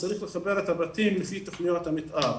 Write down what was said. שצריך לחבר את הבתים לפי תכניות המתאר.